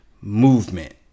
movement